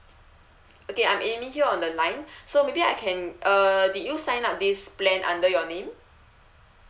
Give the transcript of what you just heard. okay I'm amy here on the line so maybe I can uh did you sign up this plan under your name